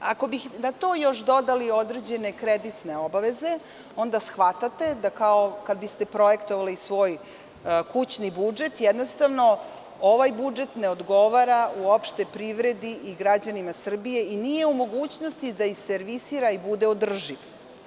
Ako bi na to još dodali određene kreditne obaveze, onda shvatate da kao kada biste projektovali svoj kućni budžet, ovaj budžet ne odgovara uopšte privredi i građanima Srbije i nije u mogućnosti da iservisira i bude održiv.